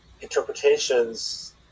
interpretations